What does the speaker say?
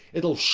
it'll ssshhh,